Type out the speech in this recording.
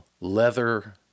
leather